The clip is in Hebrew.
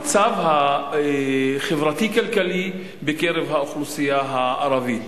במצב החברתי-כלכלי בקרב האוכלוסייה הערבית.